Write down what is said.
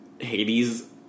Hades